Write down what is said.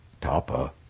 Tapa